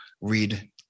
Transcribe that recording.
read